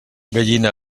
gallina